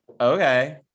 Okay